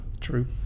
True